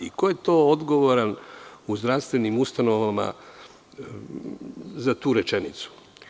I ko je to odgovoran u zdravstvenim ustanovama za tu rečenicu?